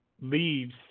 leaves